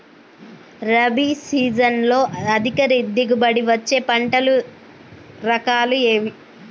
రబీ సీజన్లో అధిక దిగుబడి వచ్చే పంటల రకాలు ఏవి?